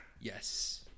yes